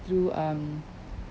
through um